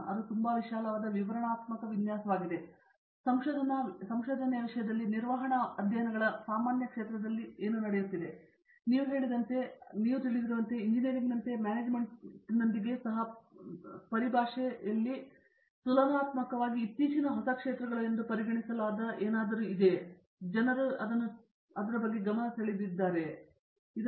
ಅದು ತುಂಬಾ ವಿಶಾಲವಾದ ವಿವರಣಾತ್ಮಕ ವಿನ್ಯಾಸವಾಗಿದೆ ಸಂಶೋಧನೆಯ ವಿಷಯದಲ್ಲಿ ನಿರ್ವಹಣಾ ಅಧ್ಯಯನಗಳ ಸಾಮಾನ್ಯ ಕ್ಷೇತ್ರದಲ್ಲಿ ಏನು ನಡೆಯುತ್ತಿದೆ ಮತ್ತು ನೀವು ಹೇಳಿದಂತೆ ಮತ್ತು ನೀವು ತಿಳಿದಿರುವಂತೆ ಇಂಜಿನಿಯರಿಂಗ್ನಂತೆಯೇ ಮ್ಯಾನೇಜ್ಮೆಂಟ್ನೊಂದಿಗೆ ಸಹ ಪರಿಭಾಷೆಯಲ್ಲಿ ತುಲನಾತ್ಮಕವಾಗಿ ಇತ್ತೀಚಿನವು ಎಂದು ಪರಿಗಣಿಸಲಾದ ಸಂಶೋಧನೆಯ ಕ್ಷೇತ್ರಗಳಿವೆ ಎಂದು ನಾನು ಭಾವಿಸುತ್ತೇನೆ ನಿಮಗೆ ತಿಳಿದಿದೆ ಜನರು ಅದನ್ನು ಗಮನ ಸೆಳೆದಿದ್ದಾರೆ ಮತ್ತು ಹೀಗೆ